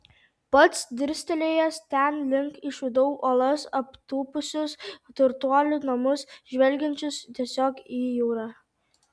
pats dirstelėjęs ten link išvydau uolas aptūpusius turtuolių namus žvelgiančius tiesiog į jūrą